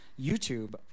YouTube